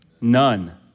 None